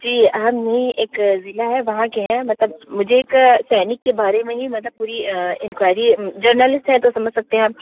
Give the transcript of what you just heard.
जी हम यहीं एक ज़िला है वहाँ के हैं मतलब मुझे एक सैनिक के बारे में ही मतलब पूरी इन्क्वायरी जर्नलिस्ट हैं तो समझ सकते हैं आप